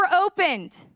opened